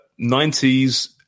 90s